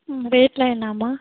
ம் ரேட்லாம் என்னாம்மா